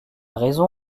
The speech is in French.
raison